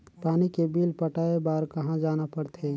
पानी के बिल पटाय बार कहा जाना पड़थे?